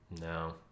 No